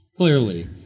Clearly